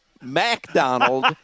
MacDonald